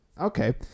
Okay